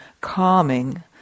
calming